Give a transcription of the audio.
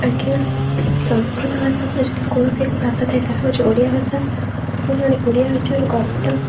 ଆଜ୍ଞା ସଂସ୍କୃତ ଭାଷା ପରେ ଯଦି କୌଣସି ଏକ ଭାଷା ଥାଏ ତାହା ହେଉଛି ଓଡ଼ିଆ ଭାଷା ମୁଁ ଜଣେ ଓଡ଼ିଆ ହେଇଥିବାରୁ ଗର୍ବିତ